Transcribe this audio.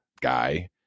guy